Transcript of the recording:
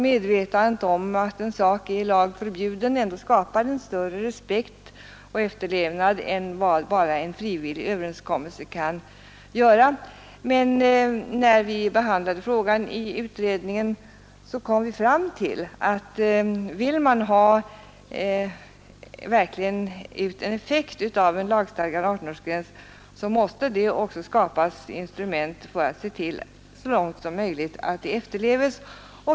Medvetandet om att en sak är i lag förbjuden skapar ändå större respekt än vad bara en frivillig överenskommelse kan göra. När vi behandlade frågan i utredningen, kom vi fram till att vill man ha verklig effekt av en lagstadgad 18-årsgräns, så måste det också skapas instrument för att se till så långt som möjligt att lagen efterlevs.